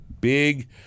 big